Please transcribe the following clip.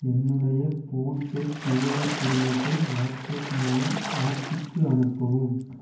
என்னுடைய PhonePe QR குறியீட்டை WhatsApp மூலம் ஆச்சிக்கு அனுப்பவும்